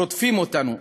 רודפים אותנו.